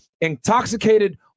intoxicated